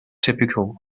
typical